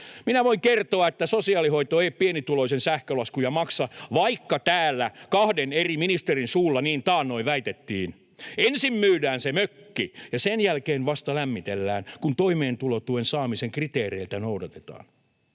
Minä voin kertoa, että sosiaalihoito ei pienituloisen sähkölaskuja maksa, vaikka täällä kahden eri ministerin suulla niin taannoin väitettiin. Ensin myydään se mökki ja sen jälkeen vasta lämmitellään, kun toimeentulotuen saamisen kriteereitä noudatetaan.